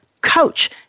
coach